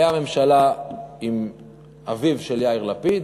הייתה ממשלה עם אביו של יאיר לפיד,